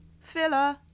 filler